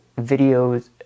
videos